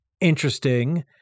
interesting